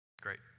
Great